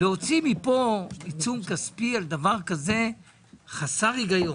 להוציא מכאן עיצום כספי על דבר כזה - חסר הגיון.